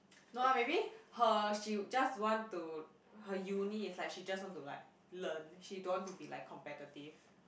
no lah maybe her she just want to her uni is like she just want to like learn she don't want to be like competitive